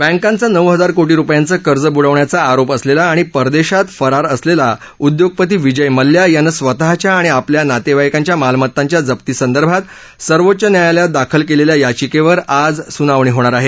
बँकांचं नऊ हजार कोटी रुपयांचं कर्ज बुडवण्याचा आरोप असलेला आणि परदेशात फरार असलेला उद्योगपती विजय मल्ल्या यानं स्वतःच्या आणि आपल्या नातेवाईकांच्या मालमत्तांच्या जप्तीसंदर्भात सर्वोच्च न्यायालयात दाखल केलेल्या याविकेवर आज सुनावणी होणार आहे